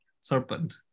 serpent